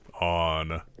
on